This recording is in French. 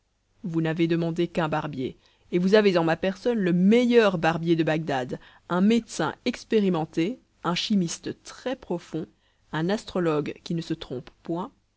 vous n'avez demandé qu'un barbier et vous avez en ma personne le meilleur barbier de bagdad un médecin expérimenté un chimiste très-profond un astrologue qui ne se trompe point